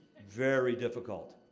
very difficult.